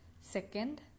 Second